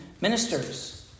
ministers